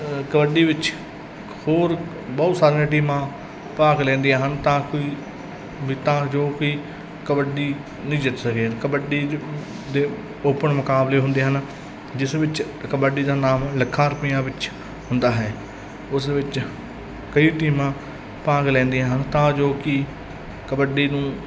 ਕਬੱਡੀ ਵਿੱਚ ਹੋਰ ਬਹੁਤ ਸਾਰੇ ਟੀਮਾਂ ਭਾਗ ਲੈਂਦੀਆਂ ਹਨ ਤਾਂ ਕੋਈ ਵੀ ਤਾਂ ਜੋ ਕੋਈ ਕਬੱਡੀ ਨੂੰ ਜਿੱਤ ਸਕੇ ਕਬੱਡੀ ਦੇ ਓਪਨ ਮੁਕਾਬਲੇ ਹੁੰਦੇ ਹਨ ਜਿਸ ਵਿੱਚ ਕਬੱਡੀ ਦਾ ਨਾਮ ਲੱਖਾਂ ਰੁਪਈਆਂ ਵਿੱਚ ਹੁੰਦਾ ਹੈ ਉਸ ਵਿੱਚ ਕਈ ਟੀਮਾਂ ਭਾਗ ਲੈਂਦੀਆਂ ਹਨ ਤਾਂ ਜੋ ਕਿ ਕਬੱਡੀ ਨੂੰ